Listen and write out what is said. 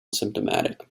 symptomatic